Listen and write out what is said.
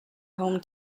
home